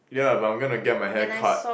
yeah but I'm gonna get my hair cut